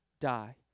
die